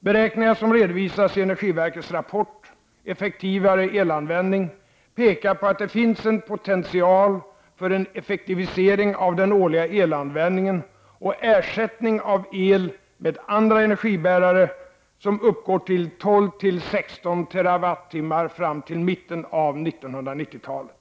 Beräkningar som redovisas i energiverkets rapport Effektivare elanvändning pekar på att det finns en potential för en effektivisering av den årliga elanvändningen och ersättning av el med andra energibärare som uppgår till 12—16 TWh fram till mitten av 1990-talet.